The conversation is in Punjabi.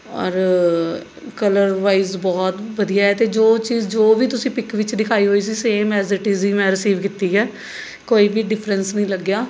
ਔਰ ਕਲਰ ਵਾਈਜ਼ ਬਹੁਤ ਵਧੀਆ ਹੈ ਅਤੇ ਜੋ ਚੀਜ਼ ਜੋ ਵੀ ਤੁਸੀਂ ਪਿੱਕ ਵਿੱਚ ਦਿਖਾਈ ਹੋਈ ਸੀ ਸੇਮ ਐਜ ਇੱਟ ਇਜ਼ ਹੀ ਮੈਂ ਰਸੀਵ ਕੀਤੀ ਹੈ ਕੋਈ ਵੀ ਡਿਫ਼ਰੈਂਸ ਨਹੀਂ ਲੱਗਿਆ